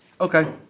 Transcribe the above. Okay